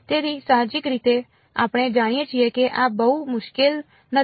તેથી સાહજિક રીતે આપણે જાણીએ છીએ કે આ બહુ મુશ્કેલ નથી